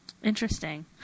Interesting